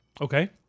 Okay